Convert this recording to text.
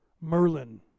Merlin